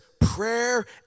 prayer